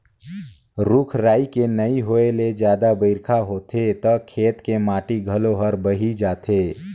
रूख राई के नइ होए ले जादा बइरखा होथे त खेत के माटी घलो हर बही जाथे